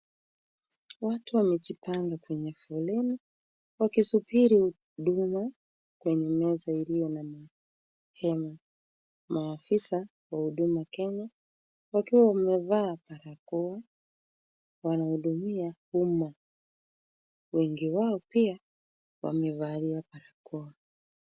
Watu wamejipanga kwenye foleni, wakisubiri huduma kwenye meza iliyo na mahema. Maafisa wa huduma Kenya wakiwa wamevaa barakoa wanahudumia umma. Wengi wao pia wamevalia barakoa.